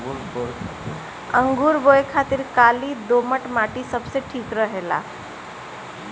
अंगूर बोए खातिर काली दोमट माटी सबसे ठीक रहेला